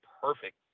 perfect